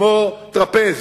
כמו טרפז,